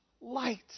light